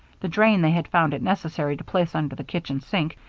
the drain they had found it necessary to place under the kitchen sink,